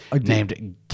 named